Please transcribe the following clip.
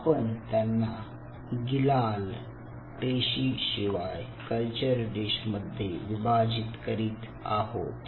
आपण त्यांना गीलाल पेशीशिवाय कल्चर डिश मध्ये विभाजीत करीत आहोत